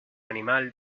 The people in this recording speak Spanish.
animal